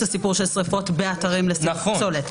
הסיפור של שריפות באתרים לשריפת פסולת.